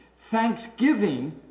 Thanksgiving